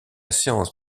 séance